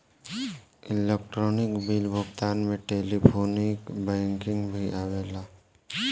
electronic bill भुगतान में telephonic banking भी आवेला